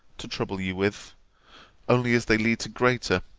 to trouble you with only as they lead to greater,